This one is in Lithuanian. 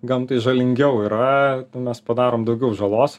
gamtai žalingiau yra mes padarom daugiau žalos